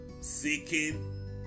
Seeking